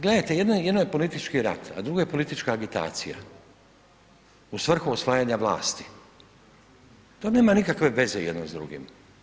Gledajte jedno je politički rat, a drugo je politička agitacija u svrhu osvajanja vlasti, to nema nikakve veze jedno s drugim.